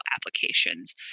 applications